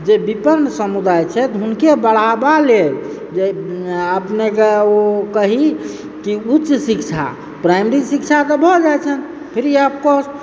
जे विपिन्न समुदाय छथि हुनके बढ़ावा लेल जे अपने के ओ कहि की उच्च शिक्षा प्राइमरी शिक्षा तऽ भऽ जाइ छनि फ्री ऑफ कॉस्ट